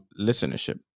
listenership